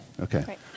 okay